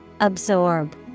Absorb